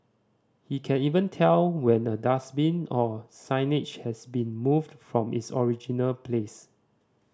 he can even tell when a dustbin or signage has been moved from its original place